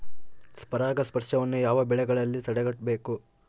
ಪರಾಗಸ್ಪರ್ಶವನ್ನು ಯಾವ ಬೆಳೆಗಳಲ್ಲಿ ತಡೆಗಟ್ಟಬೇಕು?